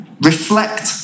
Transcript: reflect